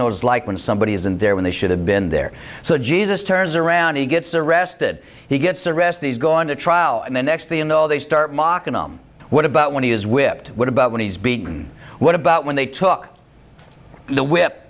knows like when somebody isn't there when they should have been there so jesus turns around he gets arrested he gets arrest these going to trial and the next the and all they start mocking him what about when he is whipped what about when he's beaten what about when they took the whip